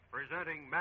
Presenting